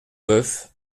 boeuf